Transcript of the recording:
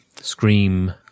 Scream